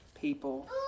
people